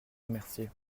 remercier